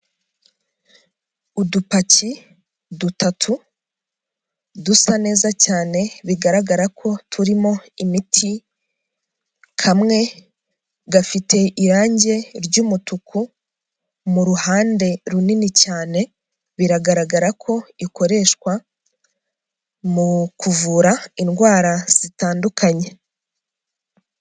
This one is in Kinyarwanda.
Udupaki dutatu dusa neza cyane, bigaragara ko turimo imiti, kamwe gafite irangi ry'umutuku mu ruhande runini cyane, biragaragara ko ikoreshwa mu kuvura indwara zitandukanye.